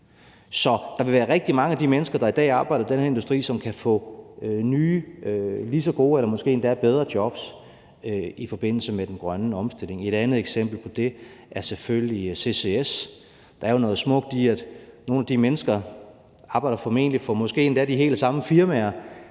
Så der vil være rigtig mange af de mennesker, der i dag arbejder i den her industri, som kan få nye lige så gode eller måske endda bedre jobs i forbindelse med den grønne omstilling. Et andet eksempel på det er selvfølgelig CCS. Der er jo noget smukt i, at nogle af de mennesker, som formentlig måske endda arbejder for de helt samme firmaer,